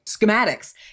schematics